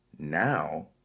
Now